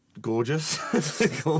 Gorgeous